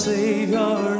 Savior